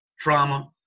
trauma